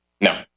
No